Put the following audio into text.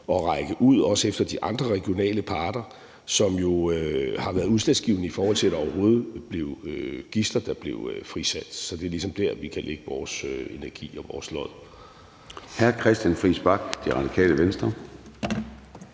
at række ud efter også de andre regionale parter, som jo har været udslagsgivende, i forhold til at der overhovedet var gidsler, der blev frisat. Så det er ligesom der, vi kan lægge vores energi og vores lod.